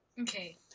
okay